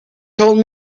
told